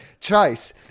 chase